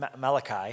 Malachi